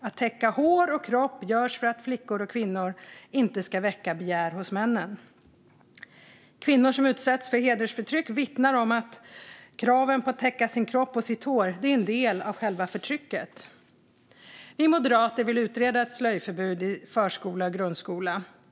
Att täcka hår och kropp görs för att flickor och kvinnor inte ska väcka begär hos männen. Kvinnor som utsätts för hedersförtryck vittnar om att kraven på att täcka sin kropp och sitt hår är en del av själva förtrycket. Vi moderater vill utreda ett slöjförbud i förskola och grundskola.